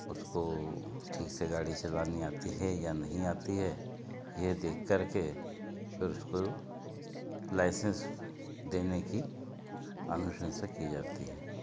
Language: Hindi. उसको ठीक से गाड़ी चलानी आती है या नहीं आती है ये देखकर के फिर उसको लाइसेंस देने की अनुशंसा की जाती है